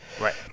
Right